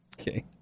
Okay